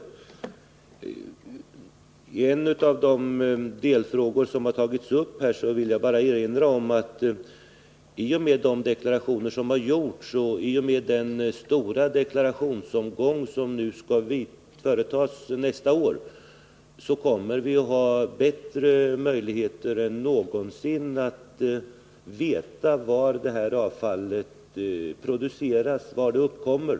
När det gäller en av de delfrågor som tagits upp vill jag erinra om att vi i och med de deklarationer som gjorts och genom den stora deklarationsomgång som skall ske nästa år kommer att få bättre möjligheter än någonsin att veta var avfallet produceras, var det uppkommer.